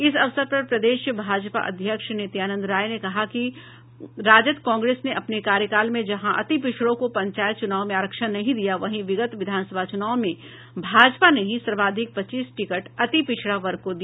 इस अवसर पर प्रदेश भाजपा अध्यक्ष नित्यानंद राय ने कहा कि राजद कांग्रेस ने अपने कार्यकाल में जहां अतिपिछड़ों को पंचायत चुनाव में आरक्षण नहीं दिया वहीं विगत विधानसभा चुनाव में भाजपा ने ही सर्वाधिक पच्चीस टिकट अतिपिछड़ा वर्ग को दिया